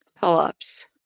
pull-ups